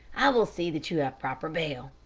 i will see that you have proper bail.